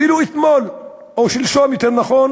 אפילו אתמול, או שלשום, יותר נכון,